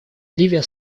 ливия